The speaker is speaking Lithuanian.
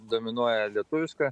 dominuoja lietuviška